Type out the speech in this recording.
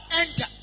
enter